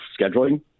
scheduling